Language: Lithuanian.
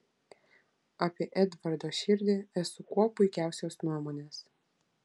apie edvardo širdį esu kuo puikiausios nuomonės